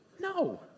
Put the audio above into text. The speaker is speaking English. No